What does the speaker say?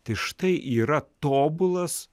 tai štai yra tobulas